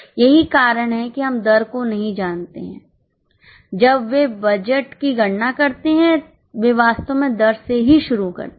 यही कारण है कि हम दर को नहीं जानते हैं जब वे बजट की गणना करते हैं वे वास्तव में दर से ही शुरू करते हैं